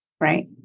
Right